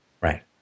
Right